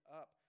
up